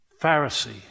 Pharisee